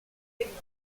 signals